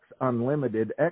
Unlimited